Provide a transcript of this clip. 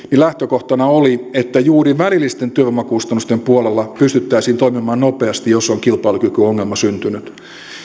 lähtökohtana oli että juuri välillisten työvoimakustannusten puolella pystyttäisiin toimimaan nopeasti jos on kilpailukykyongelma syntynyt